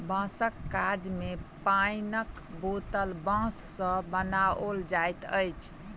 बाँसक काज मे पाइनक बोतल बाँस सॅ बनाओल जाइत अछि